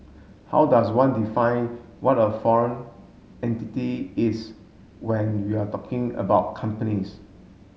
how does one define what a foreign entity is when you're talking about companies